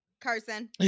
Carson